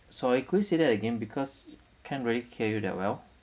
sorry could you say that again because can't really hear you that well